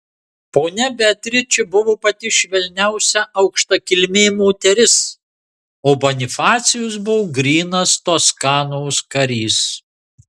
ponia beatričė buvo pati švelniausia aukštakilmė moteris o bonifacijus buvo grynas toskanos karys